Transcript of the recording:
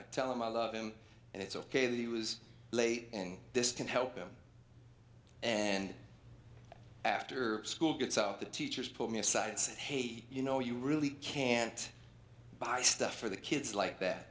i tell him i love him and it's ok that he was late and this can help him and after school gets out the teachers pulled me aside and said hey you know you really can't buy stuff for the kids like that